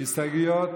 סיעת